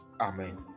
Amen